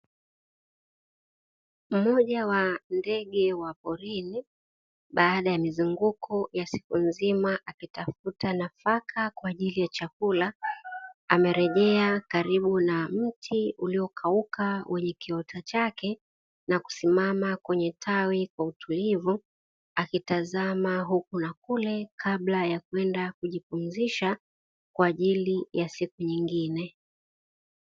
Mmoja wa ndege wa porini baada ya mizunguko ya siku nzima akitafuta nafaka kwa ajili ya chakula, amerejea karibu na mti ulio kauka kwenye kiota chake na kusimama kwenye tawi kwa utulivu akitazama huku na kule kabla ya kwenda kujipumzisha kwa ajili ya siku nyingine.